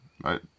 right